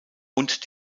und